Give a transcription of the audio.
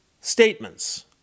statements